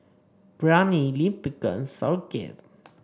Biryani Lime Pickle Sauerkraut